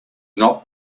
not